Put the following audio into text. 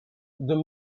the